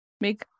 make